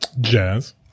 Jazz